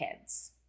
kids